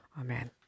amen